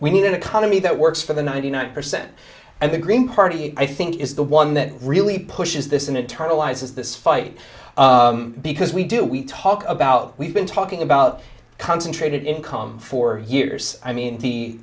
we need an economy that works for the ninety nine percent and the green party i think is the one that really pushes this internalizes this fight because we do we talk about we've been talking about concentrated income for years i mean the